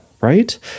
right